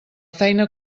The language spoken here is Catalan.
feina